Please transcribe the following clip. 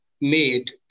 made